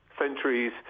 centuries